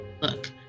Look